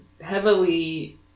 heavily